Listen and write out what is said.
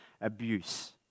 abuse